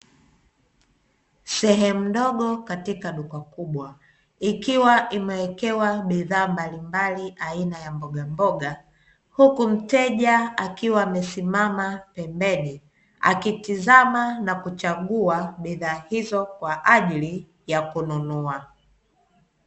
Sehemu ndogo katika duka kubwa, ikiwa imewekewa bidhaa mbalimbali aina ya mbogamboga, huku mteja akiwa amesimama pembeni akitizama na kuchagua bidhaa hizo kwaajili ya kununua.